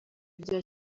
rya